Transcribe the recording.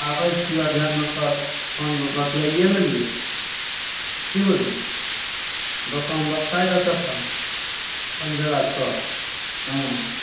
आबै छीऔ जे ने तब फोनपर बतिआए लेलिए की बुझलहौ दोकान बताय देतौ तो कोन जगह छऽ ओँ